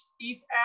East